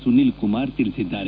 ಸುನೀಲ್ ಕುಮಾರ್ ತಿಳಿಸಿದ್ದಾರೆ